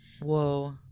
Whoa